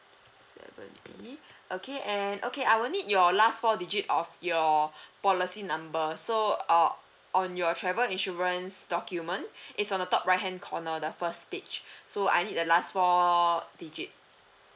seventy okay and okay I will need your last four digit of your policy numbers so uh on your travel insurance document it's on the top right hand corner the first page so I need the last four digit